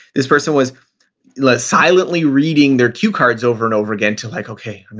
this person was silently reading their cue cards over and over again to like okay, and